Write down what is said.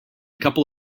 couple